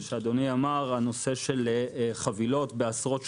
בנושא של חבילות בעשרות שקלים,